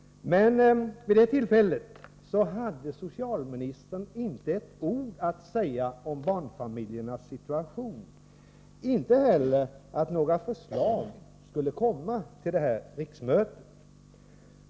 Men vid det tillfället hade socialministern inte ett ord att säga om barnfamiljernas situation, inte heller om att några förslag skulle komma till det här riksmötet.